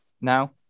now